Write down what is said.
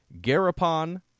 Garapon